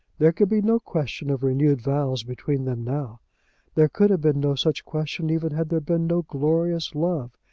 there could be no question of renewed vows between them now there could have been no such question even had there been no glorious love,